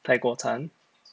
泰国餐